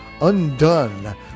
undone